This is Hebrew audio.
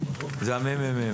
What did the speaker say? זה הממ"מ,